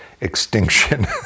extinction